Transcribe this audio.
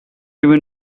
even